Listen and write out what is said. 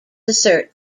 assert